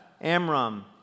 Amram